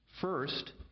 First